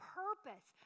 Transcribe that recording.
purpose